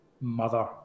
mother